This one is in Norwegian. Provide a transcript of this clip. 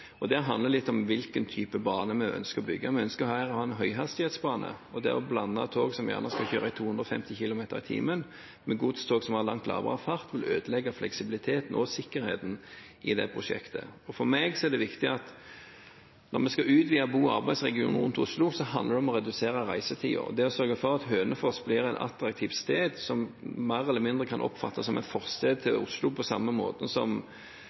Det handler litt om hvilken type bane vi ønsker å bygge. Vi ønsker her å ha en høyhastighetsbane, og det å blande tog som kjører i 250 km/t, med godstog som har langt lavere fart, vil ødelegge fleksibiliteten og sikkerheten i det prosjektet. For meg er det viktig at når vi skal utvide bo- og arbeidsregionen rundt Oslo, handler det om å redusere reisetiden, å sørge for at Hønefoss blir et attraktivt sted som mer eller mindre kan oppfattes som en forstad til Oslo, på samme måten som